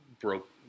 broke